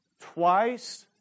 twice